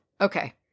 Okay